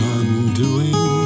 undoing